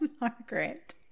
Margaret